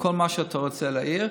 כל מה שאתה רוצה להעיר,